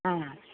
ആ